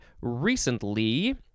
recently